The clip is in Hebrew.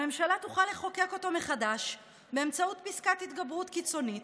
הממשלה תוכל לחוקק אותו מחדש באמצעות פסקת התגברות קיצונית,